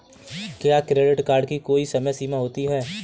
क्या credit card की कोई समय सीमा होती है?